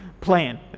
Plan